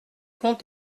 compte